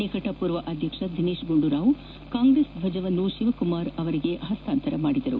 ನಿಕಟಪೂರ್ವ ಅಧ್ಯಕ್ಷ ದಿನೇತ್ ಗುಂಡೂರಾವ್ ಕಾಂಗ್ರೆಸ್ ಧ್ವಜವನ್ನು ಶಿವಕುಮಾರ್ ಅವರಿಗೆ ಹಸ್ತಾಂತರ ಮಾಡಿದರು